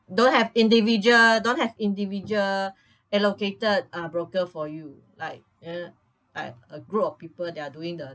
don't have individual don't have individual allocated uh broker for you like uh a~ a group of people they're doing the